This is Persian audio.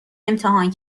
امتحان